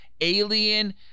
alien